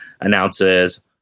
announces